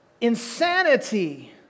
insanity